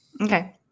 Okay